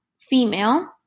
female